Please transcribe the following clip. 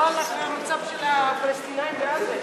לא על המצב של הפלסטינים בעזה,